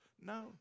No